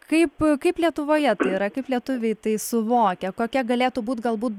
kaip kaip lietuvoje tai yra kaip lietuviai tai suvokia kokia galėtų būt galbūt